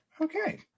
okay